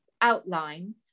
outline